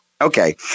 Okay